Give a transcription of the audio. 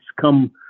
come